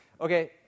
Okay